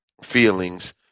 feelings